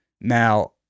now